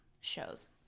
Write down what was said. Shows